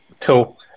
Cool